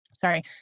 sorry